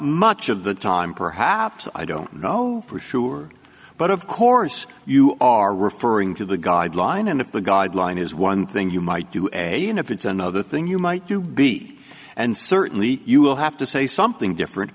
much of the time perhaps i don't know for sure but of course you are referring to the guideline and if the guideline is one thing you might do and you know if it's another thing you might do be and certainly you will have to say something different